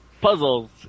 puzzles